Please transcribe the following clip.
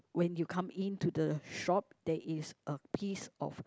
when you come in to the shop there is a piece of